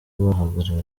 bahagarariye